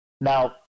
Now